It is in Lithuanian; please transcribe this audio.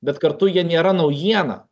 bet kartu jie nėra naujiena